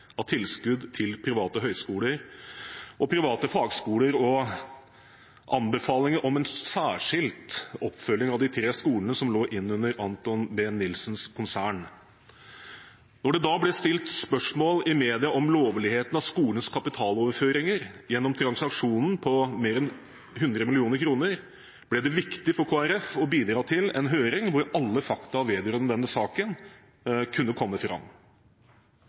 av tilskudd til private høyskoler og private fagskoler og anbefalingen om en særskilt oppfølging av de tre skolene som lå innunder Anthon B. Nilsens konsern. Når det da ble stilt spørsmål i media om lovligheten av skolens kapitaloverføringer gjennom transaksjonen på mer enn 100 mill. kr, ble det viktig for Kristelig Folkeparti å bidra til en høring hvor alle fakta vedrørende denne saken kunne komme fram.